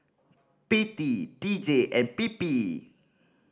P T D J and P P